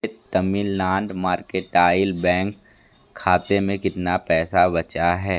मेरे Tamil Nadu mercantile bank खाते में कितना पैसा बचा है